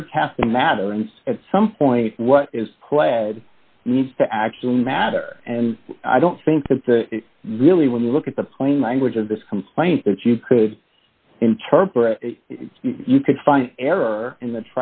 words have to matter and at some point what is pled needs to actually matter and i don't think that the really when you look at the plain language of this complaint that you could interpret you could find error in the